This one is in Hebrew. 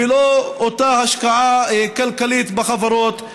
ולא אותה השקעה כלכלית בחברות,